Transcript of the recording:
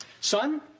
Son